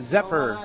Zephyr